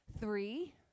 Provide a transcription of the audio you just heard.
Three